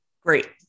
great